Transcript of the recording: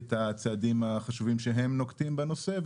את הצעדים החשובים שהם נוקטים בנושא.